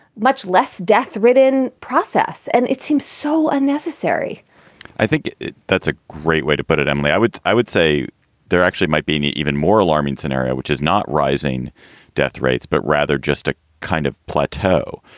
much less death ridden process. and it seems so unnecessary i think that's a great way to put it. emily, i would i would say there actually might be an even more alarming scenario, which is not rising death rates, but rather just a kind of plateau,